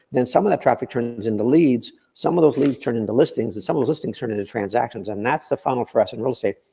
then some of that traffic turns into leads, some of those leads turn into listings and some of those listings turn into transactions, and that's the funnel for us in real estate.